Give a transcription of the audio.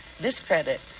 discredit